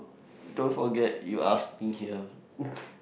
don't forget you asking here